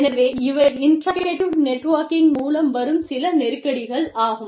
எனவே இவை interactive networking மூலம் வரும் சில நெருக்கடிகள் ஆகும்